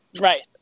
right